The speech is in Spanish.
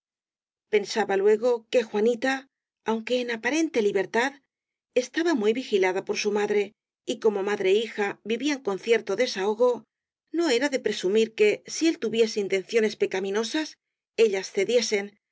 lue go que juanita aunque en aparente libertad estaba muy vigilada por su madre y como madre é hija vivían con cierto desahogo no era de presumir que si él tuviese intenciones pecaminosas ellas cediesen